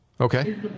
Okay